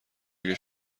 اگه